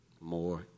more